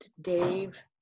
Dave